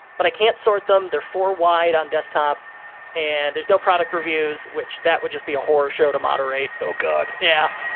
but i can't sort them, they're four wide on desktop and there's no product reviews, which that would just be a horror show to moderate. oh, god. yeah.